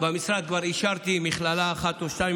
במשרד כבר אישרתי מכללה אחת או שתיים,